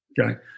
Okay